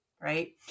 right